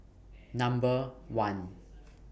Number one